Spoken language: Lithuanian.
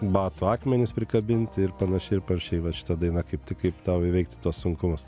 batų akmenys prikabinti ir panašiai ir panašiai va šita daina kaip tik kaip tau įveikti tuos sunkumus